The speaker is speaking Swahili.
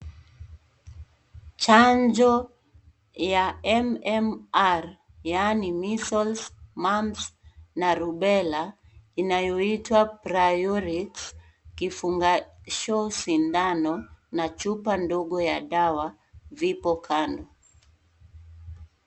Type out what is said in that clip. Chanjo ya MMR, yaani measles, mumps na rubella inayoitwa priolex kifungasho sindano na chupa ndogo ya dawa vipo kando.